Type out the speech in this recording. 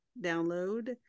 download